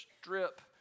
strip